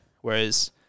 Whereas